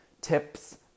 tips